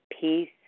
peace